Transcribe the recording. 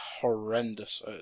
horrendous